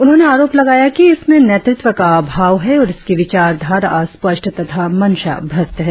उन्होंने आरोप लगाया कि इसमें नेतृत्व का अभाव है और इसकी विचारधारा अस्पष्ट तथा मंशा भ्रष्ट है